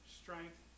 strength